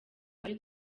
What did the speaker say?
ayo